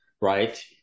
right